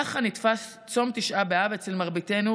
ככה נתפס צום תשעה באב אצל מרביתנו,